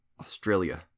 Australia